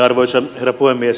arvoisa herra puhemies